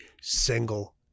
single